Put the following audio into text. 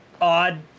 odd